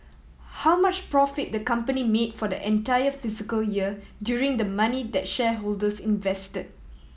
how much profit the company made for the entire fiscal year using the money that shareholders invested